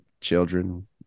children